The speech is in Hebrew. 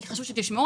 כי חשוב שתשמעו,